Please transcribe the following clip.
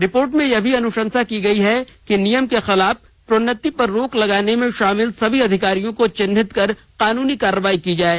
report में यह भी अनुशंसा की गयी है कि नियम के खिलाफ प्रोन्नति पर रोक लगाने में शामिल सभी पदाधिकारियों को चिह्नित कर कानूनी कार्रवाई की जाये